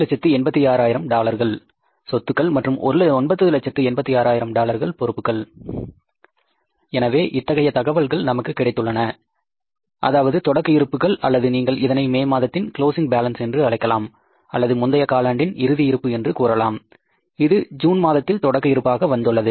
986000 டாலர்கள் சொத்துக்கள் மற்றும் 986000 டாலர்கள் பொறுப்புக்கள் எனவே இத்தகைய தகவல்கள் நமக்கு கிடைத்துள்ளது அதாவது தொடக்க இருப்புகள் அல்லது நீங்கள் இதனை மே மாதத்தின் க்ளோஸிங் பேலன்ஸ் என்று அழைக்கலாம் அல்லது முந்தைய காலாண்டின் இருதி இருப்பு என்று கூறலாம் அது ஜூன் மாதத்தில் தொடக்க இருப்பாக வந்துள்ளது